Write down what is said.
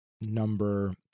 number